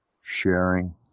sharing